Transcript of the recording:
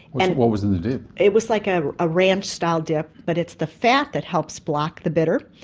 and what was in the dip? it was like a ah ranch style dip but it's the fat that helps block the bitter,